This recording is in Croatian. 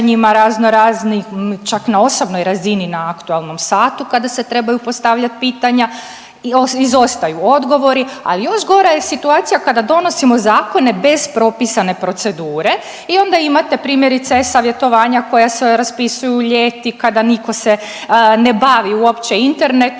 razno raznih čak na osobnoj razini na aktualnom satu kada se trebaju postavljati pitanja i izostaju odgovori, ali još gora je situacija kada donosimo zakone bez propisane procedure i onda imate primjerice savjetovanja koja se raspisuju ljeti kada nitko se ne bavi uopće internetom